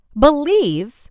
believe